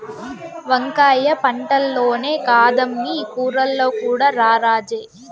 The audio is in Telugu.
వంకాయ పంటల్లోనే కాదమ్మీ కూరల్లో కూడా రారాజే